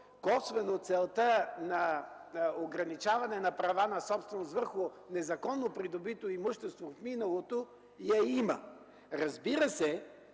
косвено целта на ограничаване на права на собственост върху незаконно придобито имущество в миналото я има. Разбира се,